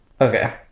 okay